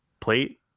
plate